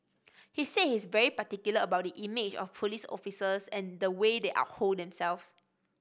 he said he is very particular about the image of police officers and the way they uphold themselves